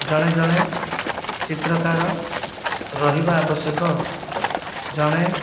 ଜଣେ ଜଣେ ଚିତ୍ରକାର ରହିବା ଆବଶ୍ୟକ ଜଣେ